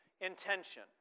intention